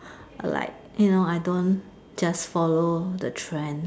I like you know I don't just follow the trend